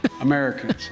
Americans